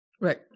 Right